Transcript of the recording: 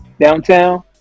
downtown